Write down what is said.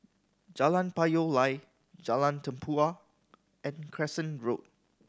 Jalan Payoh Lai Jalan Tempua and Crescent Road